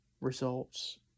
results